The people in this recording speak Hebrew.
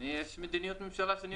יש מדיניות ממשלה.